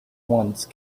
once